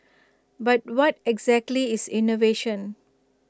but what exactly is innovation